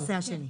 כן.